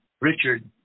Richard